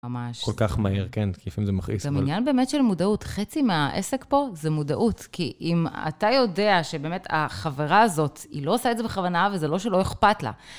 ממש. כל כך מהר, כן, כי לפעמים זה מכעיס. זה גם עניין באמת של מודעות. חצי מהעסק פה זה מודעות. כי אם אתה יודע שבאמת החברה הזאת, היא לא עושה את זה בכוונה, וזה לא שלא אכפת לה.